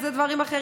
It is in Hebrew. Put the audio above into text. אלה דברים אחרים,